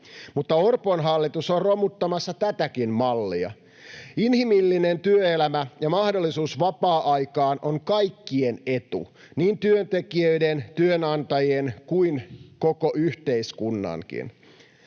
mutta Orpon hallitus on romuttamassa tätäkin mallia. Inhimillinen työelämä ja mahdollisuus vapaa-aikaan ovat kaikkien etu, niin työntekijöiden, työnantajien kuin koko yhteiskunnankin.